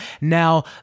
Now